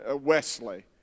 Wesley